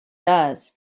does